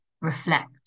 reflect